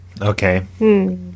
Okay